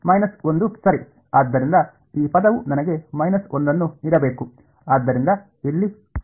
ಆದ್ದರಿಂದ ಈ ಪದವು ನನಗೆ 1 ಅನ್ನು ನೀಡಬೇಕು